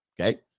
Okay